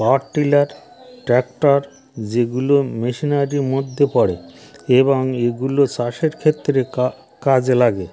পাওয়ার tiller tractor যেগুলো machinery মধ্যে পড়ে এবং এগুলো চাষের ক্ষেত্রে কাজে লাগে